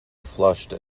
flushed